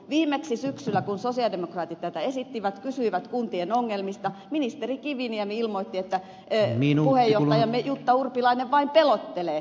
viimeksi syksyllä kun sosialidemokraatit tätä esittivät ja kysyivät kuntien ongelmista ministeri kiviniemi ilmoitti että puheenjohtajamme jutta urpilainen vain pelottelee